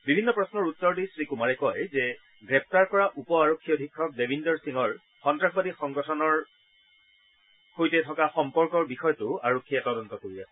বিভিন্ন প্ৰশ্নৰ উত্তৰ দি শ্ৰীকুমাৰে কয় যে গ্ৰেপ্তাৰ কৰা উপআৰক্ষী অধীক্ষক দেবিন্দৰ সিঙৰ সন্তাসবাদী সংগঠনৰ সৈতে জড়িত আছে নেকি সেইটো আৰক্ষীয়ে তদন্ত কৰি আছে